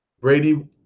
Brady